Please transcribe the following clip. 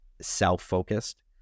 self-focused